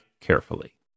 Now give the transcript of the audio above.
carefully